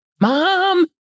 Mom